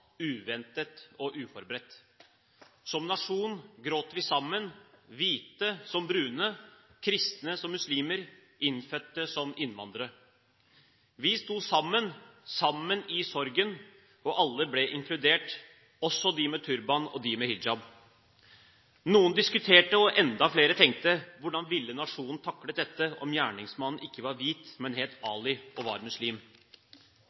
alle ble inkludert, også de med turban og de med hijab. Noen diskuterte, og enda flere tenkte: Hvordan ville nasjonen ha taklet dette om gjerningsmannen ikke hadde vært hvit, men het Ali og var muslim?